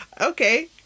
Okay